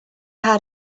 had